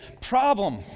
Problem